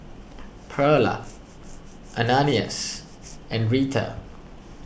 Pearla Ananias and Reta